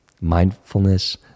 Mindfulness